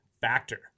Factor